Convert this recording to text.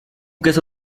queso